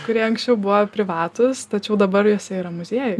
kurie anksčiau buvo privatūs tačiau dabar juose yra muziejai